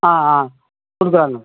ஆ ஆ கொடுக்குறாங்க